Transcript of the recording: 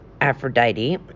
Aphrodite